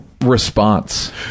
response